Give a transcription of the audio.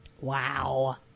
Wow